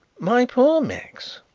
my poor max,